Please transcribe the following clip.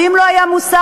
ואם הוא לא היה מוסר,